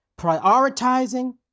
Prioritizing